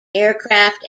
aircraft